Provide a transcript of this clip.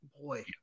Boy